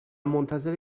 منتظر